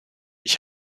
ich